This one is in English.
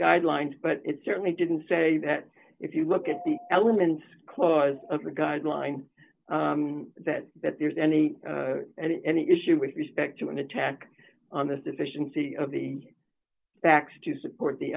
guidelines but it certainly didn't say that if you look at the element clause of the guideline that that there's any and any issue with respect to an attack on this deficiency of the facts to support the